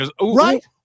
Right